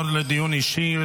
לדיון אישי.